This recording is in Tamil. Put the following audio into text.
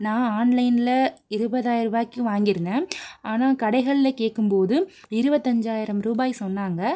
நான் ஆன்லைனில் இருபதாயர்ம் ருபாய்க்கு வாங்கியிருந்தேன் ஆனால் கடைகளில் கேட்கும்போது இருபத்தஞ்சாயிரம் ரூபாய் சொன்னாங்க